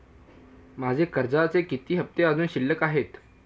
माझे कर्जाचे किती हफ्ते अजुन शिल्लक आहेत?